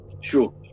Sure